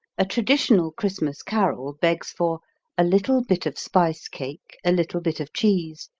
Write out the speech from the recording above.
a traditional christmas carol begs for a little bit of spice cake a little bit of cheese,